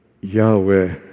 Yahweh